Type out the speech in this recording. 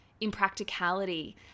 impracticality